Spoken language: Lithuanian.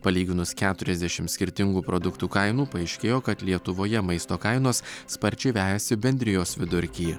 palyginus keturiasdešim skirtingų produktų kainų paaiškėjo kad lietuvoje maisto kainos sparčiai vejasi bendrijos vidurkį